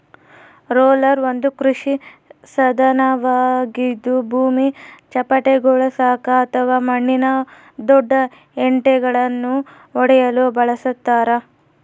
roller ಒಂದು ಕೃಷಿ ಸಾಧನವಾಗಿದ್ದು ಭೂಮಿ ಚಪ್ಪಟೆಗೊಳಿಸಾಕ ಅಥವಾ ಮಣ್ಣಿನ ದೊಡ್ಡ ಹೆಂಟೆಳನ್ನು ಒಡೆಯಲು ಬಳಸತಾರ